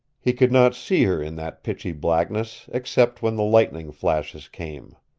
he could not see her in that pitchy blackness, except when the lightning flashes came.